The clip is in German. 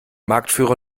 marktführer